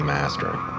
Mastering